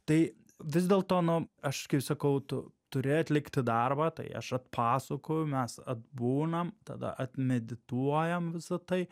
tai vis dėlto nu aš sakau tu turi atlikti darbą tai aš atpasakoju mes atbūnam tada atmedituojam visa tai